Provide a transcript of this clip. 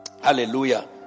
Hallelujah